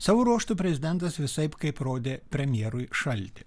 savo ruožtu prezidentas visaip kaip rodė premjerui šaltį